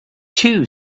two